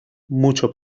mucho